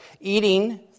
Eating